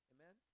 Amen